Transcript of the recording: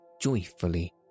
joyfully